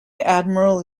admiral